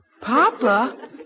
Papa